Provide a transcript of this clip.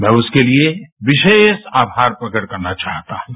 मैं उसके लिए विशेष आभार प्रकट करना चाहता हूँ